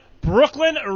Brooklyn